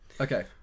Okay